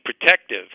protective